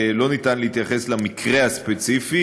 לא ניתן להתייחס למקרה הספציפי.